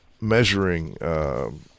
measuring